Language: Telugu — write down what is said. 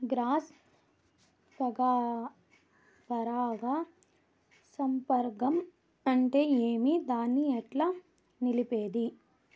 క్రాస్ పరాగ సంపర్కం అంటే ఏమి? దాన్ని ఎట్లా నిలిపేది?